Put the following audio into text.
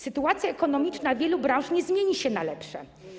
Sytuacja ekonomiczna wielu branż nie zmieni się na lepsze.